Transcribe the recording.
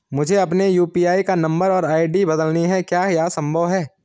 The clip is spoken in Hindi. मुझे अपने यु.पी.आई का नम्बर और आई.डी बदलनी है क्या यह संभव है?